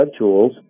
WebTools